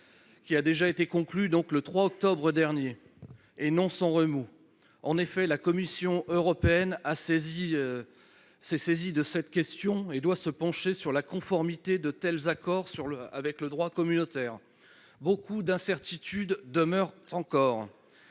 d'ailleurs été conclu le 3 octobre dernier, non sans remous. La Commission européenne, saisie de cette question, doit se pencher sur la conformité de tels accords avec le droit communautaire. Beaucoup d'incertitudes demeurent encore,